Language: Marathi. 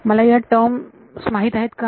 मला या टर्म माहित आहेत का